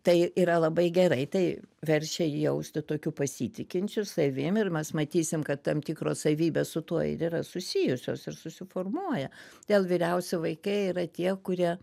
tai yra labai gerai tai verčia jį jausti tokiu pasitikinčiu savim ir mes matysim kad tam tikros savybės su tuo ir yra susijusios ir susiformuoja todėl vyriausi vaikai yra tie kurie